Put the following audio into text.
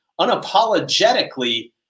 unapologetically